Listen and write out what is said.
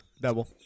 double